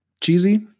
Cheesy